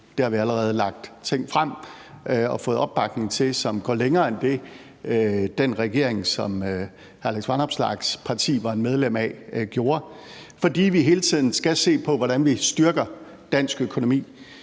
Det har vi allerede lagt ting frem om og fået opbakning til, som går længere end det, som den regering, hr. Alex Vanopslaghs parti var medlem af, gjorde, fordi vi hele tiden skal se på, hvordan vi styrker dansk økonomi.